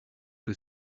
que